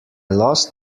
lost